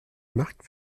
marc